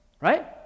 right